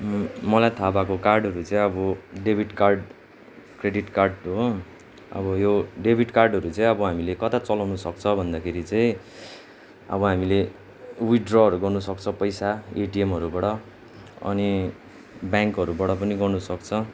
मलाई थाहा भएको कार्डहरू चाहिँ अब डेबिट कार्ड क्रेडिट कार्ड हो अब यो डेबिट कार्डहरू चाहिँ अब हामीले कता चलाउनु सक्छ भन्दाखेरि चाहिँ अब हामीले विथड्रहरू गर्नुसक्छ पैसा एटिएमहरूबाट अनि ब्याङ्कहरूबाट पनि गर्नुसक्छ